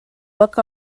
book